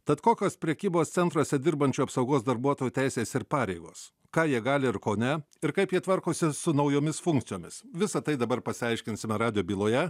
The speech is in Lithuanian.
tad kokios prekybos centruose dirbančių apsaugos darbuotojų teisės ir pareigos ką jie gali ir ko ne ir kaip jie tvarkosi su naujomis funkcijomis visa tai dabar pasiaiškinsime radijo byloje